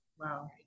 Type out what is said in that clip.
Wow